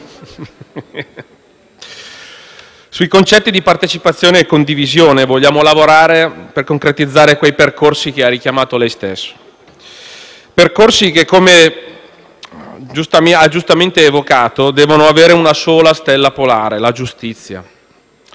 sui concetti di partecipazione e condivisione vogliamo lavorare per concretizzare quei percorsi che ha richiamato lei stesso e che - come ha giustamente evocato - devono avere una sola stella polare, la giustizia;